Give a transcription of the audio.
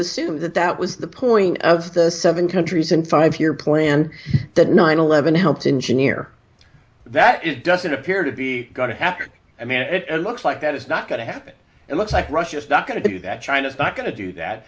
assumed that that was the point of the seven countries and five year plan that nine eleven helped engineer that it doesn't appear to be going to happen i mean it looks like that is not going to happen it looks like russia is not going to do that china's not going to do that